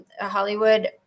hollywood